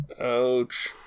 Ouch